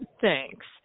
Thanks